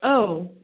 औ